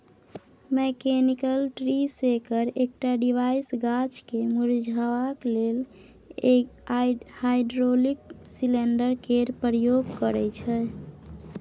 mechanical tree shaker एकटा device गाछ केँ मुरझेबाक लेल हाइड्रोलिक सिलेंडर केर प्रयोग करय छै